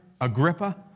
Agrippa